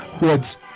Woods